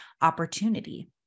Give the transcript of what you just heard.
opportunity